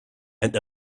and